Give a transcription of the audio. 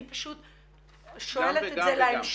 אני שואלת את זה להמשך.